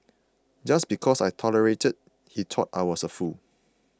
just because I tolerated he thought I was a fool